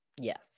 Yes